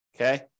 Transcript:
Okay